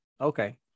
Okay